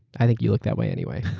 i think you look that way anyway.